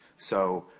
so,